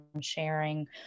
sharing